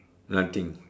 nothing